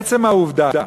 עצם העובדה